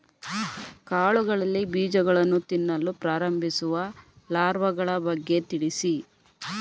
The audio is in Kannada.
ಕಾಳುಗಳಲ್ಲಿ ಬೀಜಗಳನ್ನು ತಿನ್ನಲು ಪ್ರಾರಂಭಿಸುವ ಲಾರ್ವಗಳ ಬಗ್ಗೆ ತಿಳಿಸಿ?